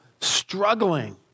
struggling